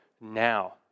now